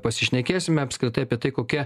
pasišnekėsime apskritai apie tai kokia